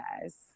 guys